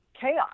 chaos